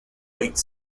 late